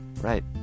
Right